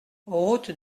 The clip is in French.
route